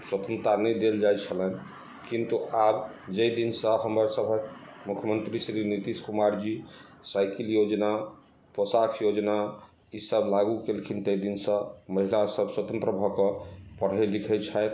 स्वतंत्रता नहि देल जाइ छलनि किन्तु आब जाहि दिनसँ हमरसभक मुख्यमंत्री श्री नितीश कुमार जी साइकिल योजना पोशाक योजना ई सब लागू केलखिन ताहि दिनसँ महिला सब स्वतंत्र भऽ कऽ पढ़ै लिखै छथि